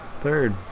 Third